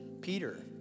Peter